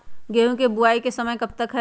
गेंहू की बुवाई का समय कब तक है?